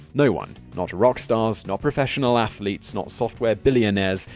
no one not rock stars, not professional athletes, not software billionaires,